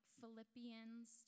Philippians